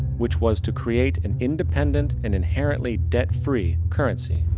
which was to create an independent and inherently debt-free currency.